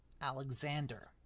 Alexander